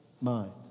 mind